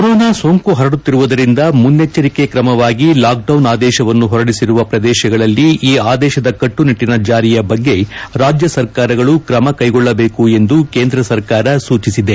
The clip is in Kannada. ಕೊರೋನಾ ಸೋಂಕು ಪರಡುತ್ತಿರುವುದರಿಂದ ಮುನ್ನೆಚ್ಲರಿಕೆ ್ರಮವಾಗಿ ಲಾಕ್ಡೌನ್ ಆದೇಶವನ್ನು ಹೊರಡಿಸಿರುವ ಪ್ರದೇಶಗಳಲ್ಲಿ ಈ ಆದೇಶದ ಕಟ್ಲುನಿಟ್ಟಿನ ಜಾರಿಯ ಬಗ್ಗೆ ರಾಜ್ಯ ಸರ್ಕಾರಗಳು ಕ್ರಮ ಕೈಗೊಳ್ಟಬೇಕು ಎಂದು ಕೇಂದ್ರ ಸರ್ಕಾರ ಸೂಚಿಸಿದೆ